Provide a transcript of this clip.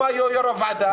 הוא היה יו"ר הוועדה,